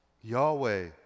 Yahweh